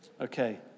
Okay